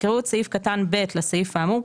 יקראו את סעיף קטן (ב) לסעיף האמור,